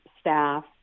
staff